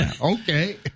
okay